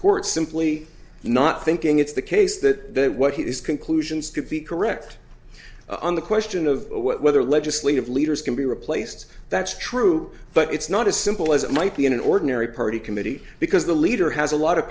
court simply not thinking it's the case that what he is conclusions could be correct on the question of whether legislative leaders can be replaced that's true but it's not as simple as it might be in an ordinary party committee because the leader has a lot of